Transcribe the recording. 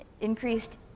increased